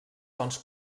sons